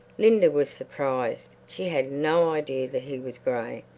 linda was surprised. she had no idea that he was grey.